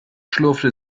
schlurfte